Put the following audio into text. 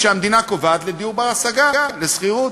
שהמדינה קובעת לדיור בר-השגה לשכירות.